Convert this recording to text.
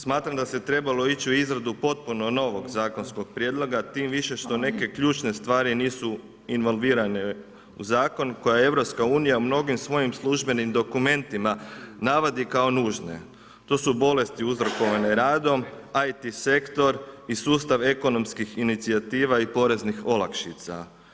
Smatram da se trebalo ići u izradu potpuno novog zakonskog prijedloga tim više što neke ključne stvari nisu involvirane u zakon koje je EU u mnogim svojim službenim dokumentima navodi kao nužne, to su bolesti uzrokovane radom, IT sektor i sustav ekonomskih inicijativa i poreznih olakšica.